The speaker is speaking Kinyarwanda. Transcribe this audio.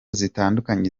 zitandukanye